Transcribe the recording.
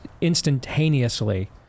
instantaneously